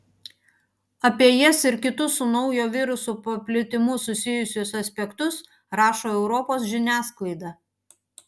apie jas ir kitus su naujo viruso paplitimu susijusius aspektus rašo europos žiniasklaida